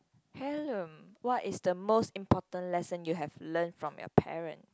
hmm what is the most important lesson you have learn from your parent